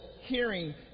hearing